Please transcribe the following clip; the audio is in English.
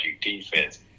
defense